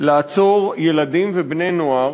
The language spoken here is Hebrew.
לעצור ילדים ובני-נוער